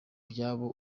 byabo